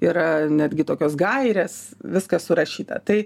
yra netgi tokios gairės viskas surašyta tai